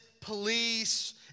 police